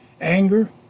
anger